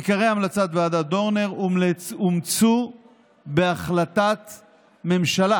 עיקרי המלצת ועדת דורנר אומצו בהחלטת ממשלה,